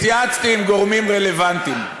התייעצתי עם גורמים רלוונטיים.